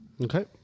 Okay